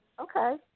Okay